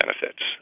benefits